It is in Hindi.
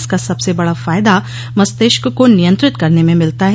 इसका सबसे बडा फायदा मस्तिष्क को नियंत्रित करने में मिलता है